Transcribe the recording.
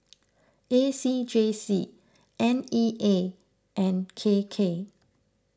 A C J C N E A and K K